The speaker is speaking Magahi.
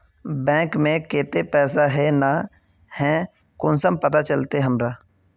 बैंक में केते पैसा है ना है कुंसम पता चलते हमरा?